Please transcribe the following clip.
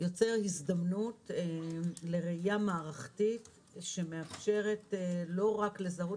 יוצר הזדמנות לראייה מערכתית שמאפשרת לא רק לזהות